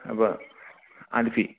അപ്പം ആല്ഫി